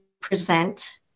present